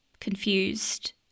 confused